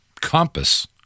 compass